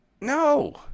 No